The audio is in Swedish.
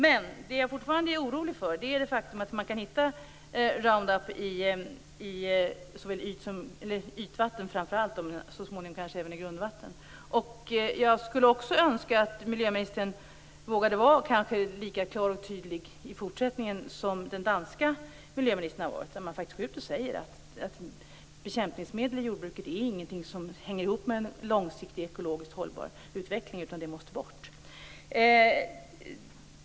Jag är fortfarande orolig för att man kan hitta Roundup i framför allt ytvatten, men så småningom kanske även i grundvatten. Jag skulle också önska att miljöministern i fortsättningen vågade vara lika klar och tydlig som den danska miljöministern har varit. I Danmark går man faktiskt ut och säger att bekämpningsmedel i jordbruket inte är någonting som hänger ihop med en långsiktig, ekologiskt hållbar utveckling, utan det måste bort.